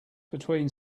between